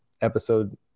episode